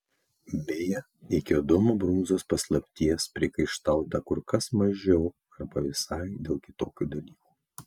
beje iki adomo brunzos paslapties priekaištauta kur kas mažiau arba visai dėl kitokių dalykų